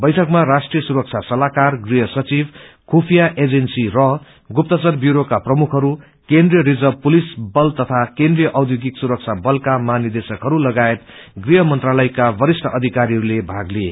बैठकमा राष्ट्रिय सुरक्षा सल्लाहकार गृह सचिव खुफिया एजेन्सी रा गुप्तचर व्यूरोका प्रमुखहरू केन्द्रिय रिर्जव पुलिस बल तथा केन्द्रिय औध्योगिक सुरक्षा बलका महानिदेशकहरू लगायत गृह मंत्रालयका वरिष्ठ अधिकरीहरूले भाग लिए